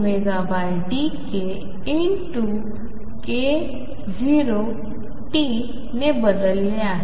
ने बदलले आहे